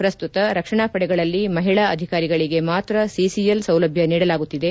ಪ್ರಸ್ತುತ ರಕ್ಷಣಾ ಪಡೆಗಳಲ್ಲಿ ಮಹಿಳಾ ಅಧಿಕಾರಿಗಳಿಗೆ ಮಾತ್ರ ಸಿಸಿಎಲ್ ಸೌಲಭ್ಞ ನೀಡಲಾಗುತ್ತಿದೆ